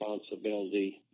responsibility